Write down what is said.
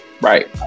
right